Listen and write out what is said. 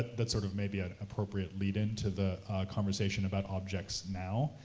that's sort of maybe an appropriate lead-in to the conversation about objects now,